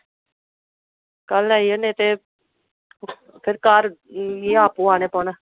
कल आई जा नेई ते फिर घर मिगी आपू आना पौना